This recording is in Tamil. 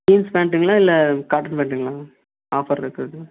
ஜீன்ஸ் பேண்ட்டுங்களா இல்லை காட்டன் பேண்ட்டுங்களாங்க ஆஃபரில் இருக்கிறது